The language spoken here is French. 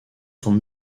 son